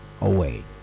away